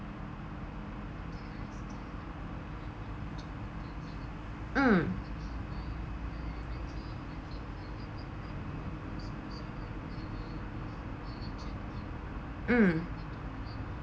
mm mm